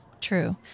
True